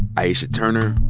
aisha turner,